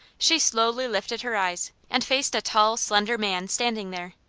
she slowly lifted her eyes and faced a tall, slender man standing there.